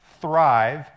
thrive